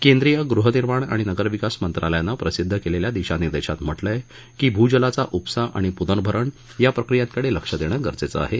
केंद्रीय गृहनिर्माण आणि नगरविकास मंत्रालयानं प्रसिद्ध केलेल्या दिशानिर्देशामधे म्हटलं आहे की भूजलाचा ऊपसा आणि पुनर्भरण या प्रक्रियांकडे लक्ष देणं गरजेचं आहे